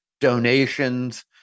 donations